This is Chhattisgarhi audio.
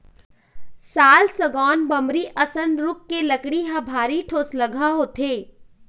साल, सागौन, बमरी असन रूख के लकड़ी ह भारी ठोसलगहा होथे